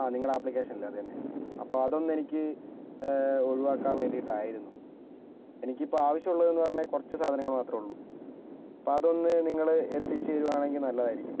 ആ നിങ്ങളെ ആപ്ലിക്കേഷനില്ലേ അത് തന്നെ അപ്പോൾ അതൊന്നെനിക്ക് ഒഴിവാക്കാൻ വേണ്ടീട്ടായിരുന്നു എനിക്കിപ്പോൾ ആവിശ്യമുള്ളതെന്ന് പറഞ്ഞാൽ കുറച്ച് സാധനങ്ങൾ മാത്രമേയുള്ളൂ ഇപ്പോൾ അതൊന്ന് നിങ്ങൾ എത്തിച്ചുതരുകയാണെങ്കിൽ നല്ലതായിരിക്കും